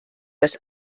dass